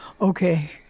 Okay